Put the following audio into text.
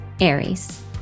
Aries